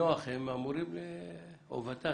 ות"ת,